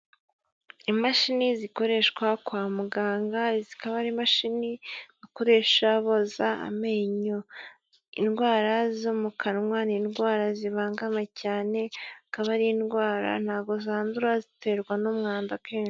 Imashini zikoreshwa kwa muganga, zikaba ari imashini bakoresha boza amenyo. Indwara zo mu kanwa ni indwara zibangama cyane, akaba ari indwara ntago zandura ziterwa n'umwanda.